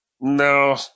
No